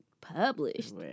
published